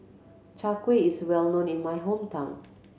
Chai Kuih is well known in my hometown